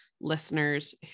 listeners